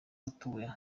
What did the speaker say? gatoya